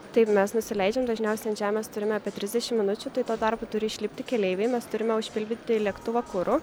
taip mes nusileidžiam dažniausiai ant žemės turime apie trisdešim minučių tai tuo tarpu turi išlipti keleiviai mes turime užpildyti lėktuvą kuru